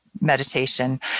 meditation